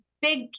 big